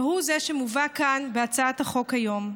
והוא זה שמובא כאן בהצעת החוק היום.